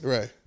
Right